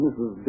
Mrs